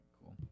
cool